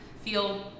feel